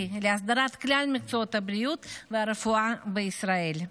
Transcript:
להסדרת כלל מקצועות הבריאות והרפואה בישראל.